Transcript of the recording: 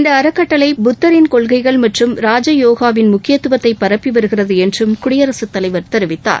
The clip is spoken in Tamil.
இந்த அறக்கட்டளை புத்தரின் கொள்கைகள் மற்றும் ராஜ யோகாவின் முக்கியத்துவத்தை பரப்பி வருகிறது என்றும் குடியரசுத் தலைவர் தெரிவித்தார்